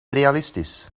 realistisch